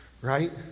right